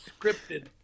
scripted